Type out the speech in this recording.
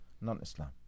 non-islam